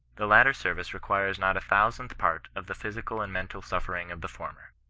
the latter service requires not a thousandth part of the physical and mental suffering of the former.